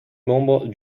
membres